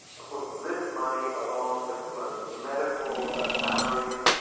of course, this money along with sloane's medical salaries,